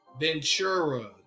Ventura